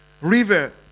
river